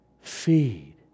Feed